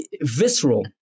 visceral